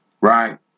right